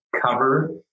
cover